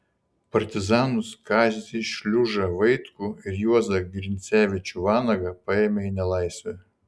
partizanus kazį šliužą vaitkų ir juozą grincevičių vanagą paėmė į nelaisvę